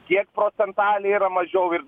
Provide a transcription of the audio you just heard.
kiek procentaliai yra mažiau ir